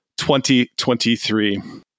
2023